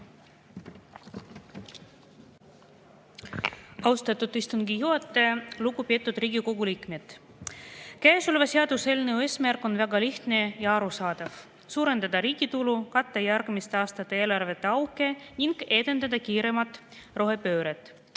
Austatud istungi juhataja! Lugupeetud Riigikogu liikmed! Käesoleva seaduseelnõu eesmärk on väga lihtne ja arusaadav: suurendada riigi tulu, katta järgmiste aastate eelarvete auke ning edendada kiiremalt rohepööret.